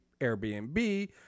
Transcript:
Airbnb